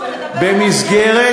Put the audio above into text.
ולדבר,